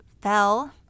fell